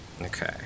Okay